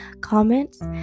comments